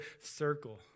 circle